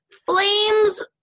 Flames